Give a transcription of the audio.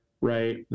Right